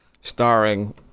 starring